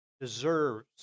deserves